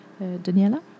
Daniela